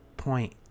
Point